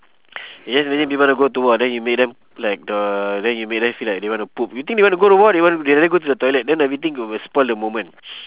you just imagine people want to go to war then you make them like the then you make them feel like they want to poop you think they want to go to war they want they rather go to the toilet then everything will will spoil the moment